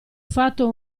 fatto